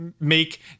make